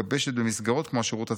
ומתגבשת במסגרות כמו השירות הצבאי.